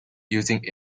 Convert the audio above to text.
using